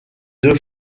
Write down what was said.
deux